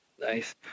Nice